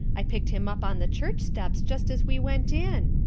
i picked him up on the church steps just as we went in.